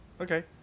Okay